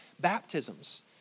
baptisms